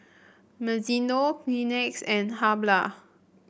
Mizuno Kleenex and Habhal